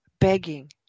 begging